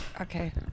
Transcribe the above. okay